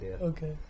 okay